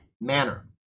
manner